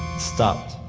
stopped.